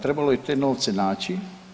Trebalo je te novce naći.